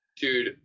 Dude